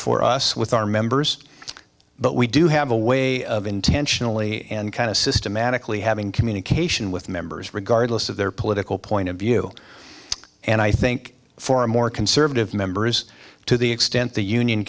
us with our members but we do have a way of intentionally and kind of systematically having communication with members regardless of their political point of view and i think for more conservative members to the extent the union